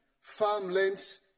farmlands